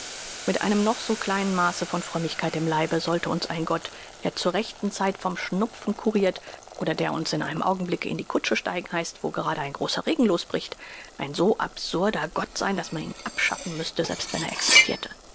mit einem noch so kleinen maaße von frömmigkeit im leibe sollte uns ein gott der zur rechten zeit vom schnupfen curirt oder der uns in einem augenblick in die kutsche steigen heißt wo gerade ein großer regen losbricht ein so absurder gott sein daß man ihn abschaffen müßte selbst wenn er existirte